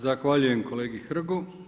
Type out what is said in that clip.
Zahvaljujem kolegi Hrgu.